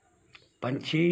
पंछी